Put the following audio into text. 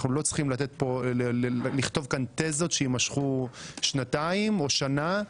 אנחנו לא צריכים לכתוב כאן תזות שיימשכו שנתיים או שנה.